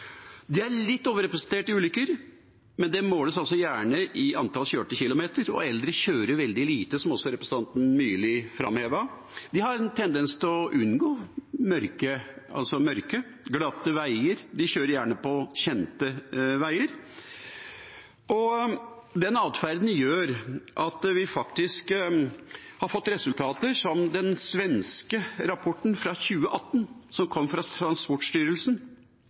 De er litt overrepresentert i ulykker, men det måles gjerne i antall kjørte kilometer, og eldre kjører veldig lite, som representanten Myrli framhevet. De har en tendens til å unngå mørket og glatte veier, de kjører gjerne på kjente veier, og den atferden gjør at vi faktisk har fått resultater som i den svenske rapporten fra 2018, fra Transportstyrelsen, som